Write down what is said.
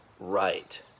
right